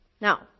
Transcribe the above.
Now